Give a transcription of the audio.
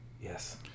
Yes